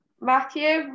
matthew